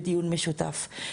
בדיון משותף,